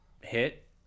hit